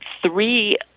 three